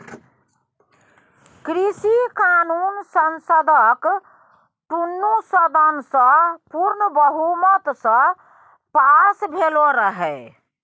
कृषि कानुन संसदक दुनु सदन सँ पुर्ण बहुमत सँ पास भेलै रहय